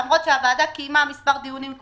למרות שהוועדה קיימה מספר דיונים בעבר,